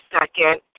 second